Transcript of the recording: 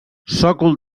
sòcol